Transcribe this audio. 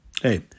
Hey